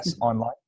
online